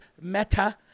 Meta